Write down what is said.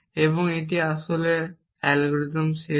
এবং এটি আসলে অ্যালগরিদম শেষ হয়